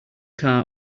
car